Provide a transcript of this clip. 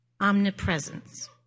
omnipresence